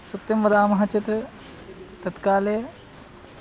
सत्यं वदामः चेत् तत्काले